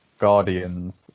Guardians